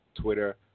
Twitter